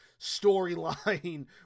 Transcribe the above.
storyline